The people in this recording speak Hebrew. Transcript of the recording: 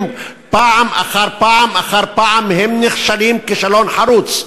אם פעם אחר פעם אחר פעם הם נכשלים כישלון חרוץ.